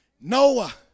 Noah